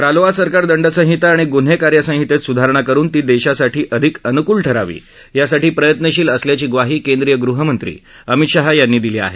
रालोआ सरकार दंड संहिता आणि गून्हे कार्यसंहितेत सुधारणा करुन ती देशासाठी अधिक अनुकल ठरावी यासाठी प्रयत्नशील असल्याची ग्वाही केंद्रीय गृहमंत्री अमित शाह यांनी दिली आहे